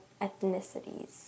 ethnicities